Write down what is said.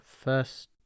first